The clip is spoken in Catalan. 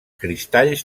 cristalls